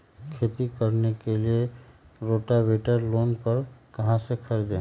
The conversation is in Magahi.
खेती करने के लिए रोटावेटर लोन पर कहाँ से खरीदे?